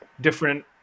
different